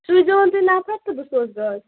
سوٗزِہوٗن تُہۍ نَفر تہٕ بہٕ سوزٕ گاڈٕ